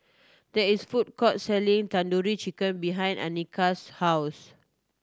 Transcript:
there is food court selling Tandoori Chicken behind Annice's house